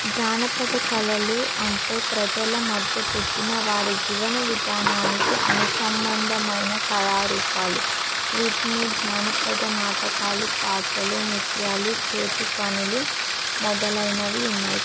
జానపద కళలు అంటే ప్రజల మధ్య పుట్టిన వారి జీవన విధానానికి అనుసబంధమైన కళారూపాలు వీటిని జానపద నాటకాలు పాటలు నృత్యాలు చేతి పనులు మొదలైనవి ఉన్నాయి